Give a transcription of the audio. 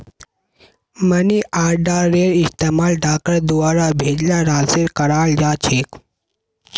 money आर्डरेर इस्तमाल डाकर द्वारा भेजाल राशिर कराल जा छेक